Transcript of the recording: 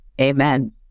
amen